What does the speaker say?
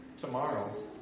tomorrow